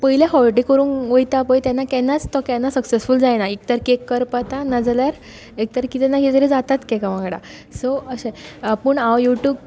पयलें फावटी करूंक वयता पळय तेन्ना केन्नाच तो केन्नाच सक्सेसफूल जायना एक तर कॅक करपता ना जाल्यार एक तर कितें ना कितें तरी जाताच कॅका वांगडा सो अशें पूण हांव यु ट्यूब